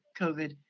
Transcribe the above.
COVID